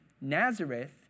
Nazareth